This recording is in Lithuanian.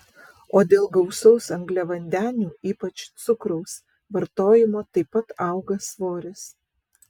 o dėl gausaus angliavandenių ypač cukraus vartojimo taip pat auga svoris